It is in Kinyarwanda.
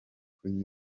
facebook